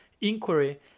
inquiry